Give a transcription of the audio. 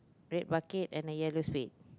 red bucket and a yellow spade